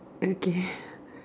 okay